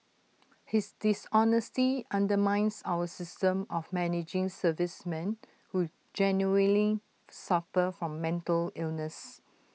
his dishonesty undermines our system of managing servicemen who genuinely suffer from mental illness